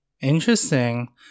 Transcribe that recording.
Interesting